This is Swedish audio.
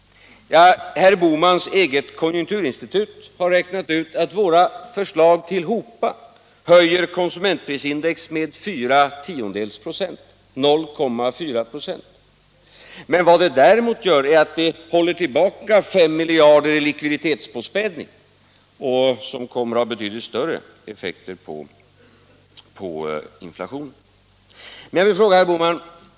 Herr Bohmans eget konjunkturinstitut har räknat ut att våra förslag tillhopa höjer konsumentprisindex med endast 0,4 96. Däremot håller de tillbaka 5 miljarder kronor i likviditetspåspädning, vilket kommer att ha betydligt större effekt på inflationen.